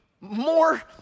more